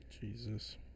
Jesus